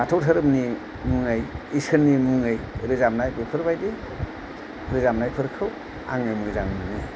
बाथौ धोरोमनि मुङै इसोरनि मुङै रोजाबनाय बेफोर बादि रोजाबनायफोरखौ आङो मोजां मोनो